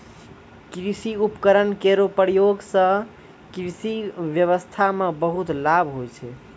कृषि उपकरण केरो प्रयोग सें कृषि ब्यबस्था म बहुत लाभ होय छै